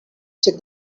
check